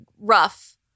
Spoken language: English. rough